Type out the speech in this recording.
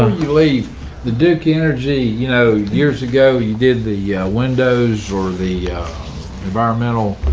ah you leave the duke energy, you know, years ago you did the windows or the environmental,